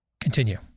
Continue